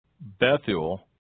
Bethuel